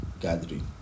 gathering